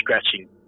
scratching